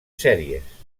sèries